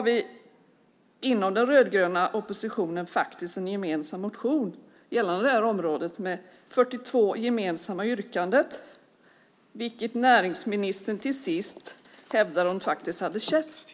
Vi inom den rödgröna oppositionen har faktiskt en gemensam motion på området med 42 gemensamma yrkanden, vilket näringsministern till sist hävdar att hon har sett.